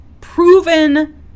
proven